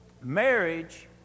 marriage